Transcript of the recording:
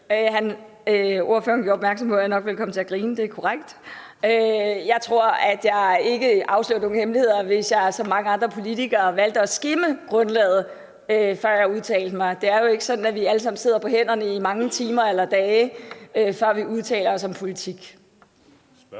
gjorde opmærksom på, at jeg nok ville komme til at grine, og det er korrekt. Jeg tror ikke, jeg afslører nogen hemmeligheder, hvis jeg siger, at jeg som mange andre politikere har valgt at skimme grundlaget, før jeg har udtalt mig. Det er jo ikke sådan, at vi alle sammen sidder på hænderne i mange timer eller dage, før vi udtaler os om politik.